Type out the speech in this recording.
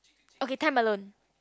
okay time alone